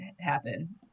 happen